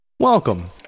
Welcome